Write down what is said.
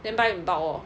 then buy in bulk lor